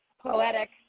poetic